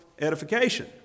edification